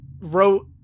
wrote